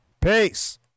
Peace